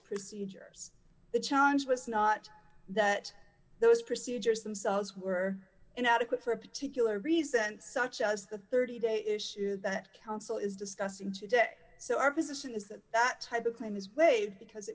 procedures the challenge was not that those procedures themselves were inadequate for a particular reason such as the thirty day issue that counsel is discussing today so our position is that that type of claim is weighed because it